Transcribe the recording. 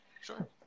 Sure